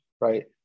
right